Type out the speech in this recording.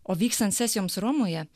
o vykstant sesijoms romoje